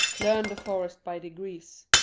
learn the forest by degrees.